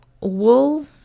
wool